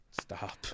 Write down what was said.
Stop